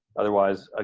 otherwise, ah